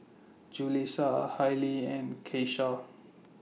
Julissa Hallie and Keyshawn